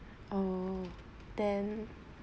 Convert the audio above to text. oh then